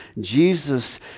Jesus